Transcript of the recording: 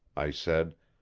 i said,